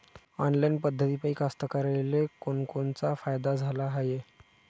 Online पद्धतीपायी कास्तकाराइले कोनकोनचा फायदा झाला हाये?